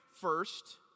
first